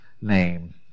name